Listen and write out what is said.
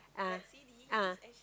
ah ah